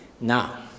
Now